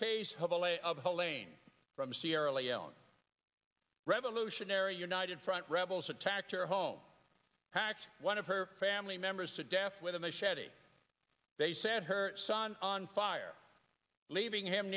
case of a lay of the whole lane from sierra leone revolutionary united front rebels attacked your home packed one of her family members to death with a machete they said her son on fire leaving him